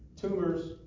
Tumors